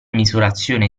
misurazione